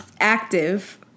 active